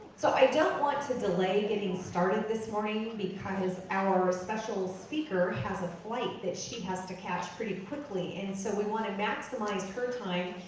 so i don't want to delay getting started this morning, because our special speaker has a flight that she has to catch pretty quickly, and so we wanna maximize her time.